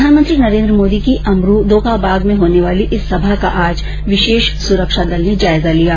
प्रधानमंत्री नरेन्द्र मोदी की अमरूदों का बाग में होने वाली इस सभा का आज विशेष एस सुरक्षा दल ने जायजा लिया